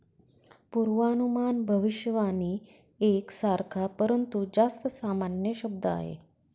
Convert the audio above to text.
पूर्वानुमान भविष्यवाणी एक सारखा, परंतु जास्त सामान्य शब्द आहे